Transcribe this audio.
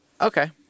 Okay